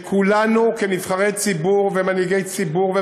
שכולנו כנבחרי ציבור ומנהיגי ציבור,